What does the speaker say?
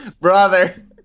Brother